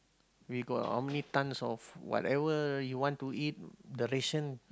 we got how many tons of whatever you want to eat the ration